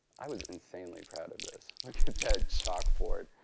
i was insanely proud of this. look at that chalkboard.